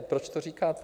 Proč to říkáte?